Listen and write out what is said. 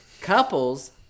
couples